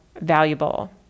valuable